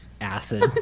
Acid